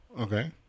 Okay